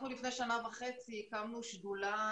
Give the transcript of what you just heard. אנחנו לפני שנה וחצי הקמנו שדולה